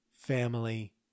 family